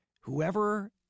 whoever